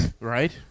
right